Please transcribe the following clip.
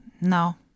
no